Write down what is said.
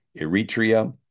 Eritrea